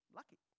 lucky